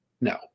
no